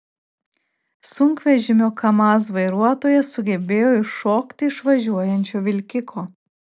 sunkvežimio kamaz vairuotojas sugebėjo iššokti iš važiuojančio vilkiko